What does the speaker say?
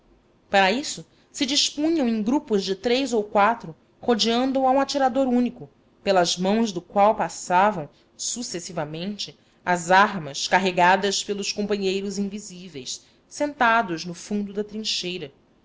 para isto se dispunham em grupos de três ou quatro rodeando a um atirador único pelas mãos do qual passavam sucessivamente as armas carregadas pelos companheiros invisíveis sentados no fundo da trincheira